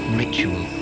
ritual